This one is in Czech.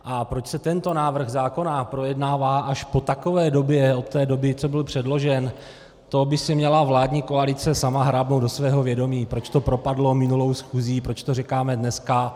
A proč se tento návrh zákona projednává až po takové době od té doby, co byl předložen, to by si měla vládní koalice sama hrábnout do svého vědomí, proč to propadlo minulou schůzí, proč to říkáme dneska.